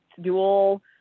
dual